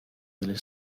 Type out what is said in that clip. del